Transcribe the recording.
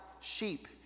sheep